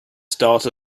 start